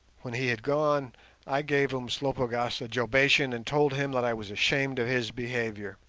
when he had gone i gave umslopogaas a jobation and told him that i was ashamed of his behaviour.